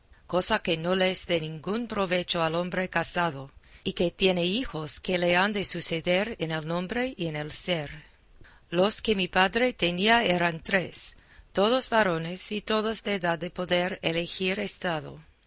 cosa que no le es de ningún provecho al hombre casado y que tiene hijos que le han de suceder en el nombre y en el ser los que mi padre tenía eran tres todos varones y todos de edad de poder elegir estado